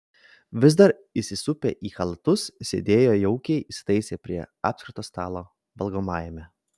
vis dar įsisupę į chalatus sėdėjo jaukiai įsitaisę prie apskrito stalo valgomajame